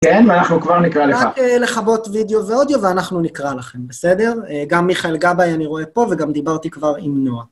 כן, ואנחנו כבר נקרא לך. תודה לכבות וידאו ואודיו, ואנחנו נקרא לכם, בסדר? גם מיכאל גבאי אני רואה פה, וגם דיברתי כבר עם נועה.